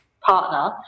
partner